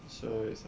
so it's like uh